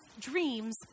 dreams